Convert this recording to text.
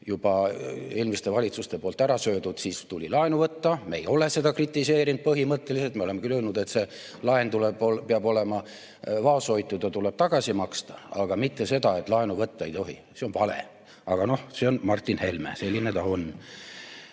juba eelmiste valitsuste poolt ära söödud, tuli laenu võtta. Me ei ole seda kritiseerinud põhimõtteliselt. Me oleme küll öelnud, et laen peab olema vaoshoitud ja tuleb tagasi maksta, aga mitte seda, et laenu võtta ei tohi. See on vale. Aga noh, see on Martin Helme ja selline ta on.